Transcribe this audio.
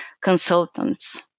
consultants